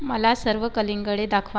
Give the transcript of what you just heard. मला सर्व कलिंगडे दाखवा